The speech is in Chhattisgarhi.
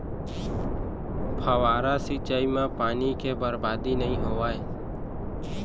फवारा सिंचई म पानी के बरबादी नइ होवय